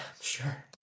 sure